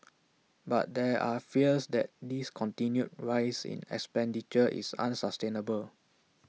but there are fears that this continued rise in expenditure is unsustainable